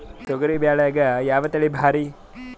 ತೊಗರಿ ಬ್ಯಾಳ್ಯಾಗ ಯಾವ ತಳಿ ಭಾರಿ?